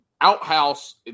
outhouse